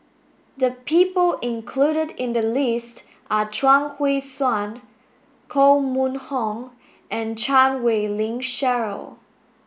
the people included in the list are Chuang Hui Tsuan Koh Mun Hong and Chan Wei Ling Cheryl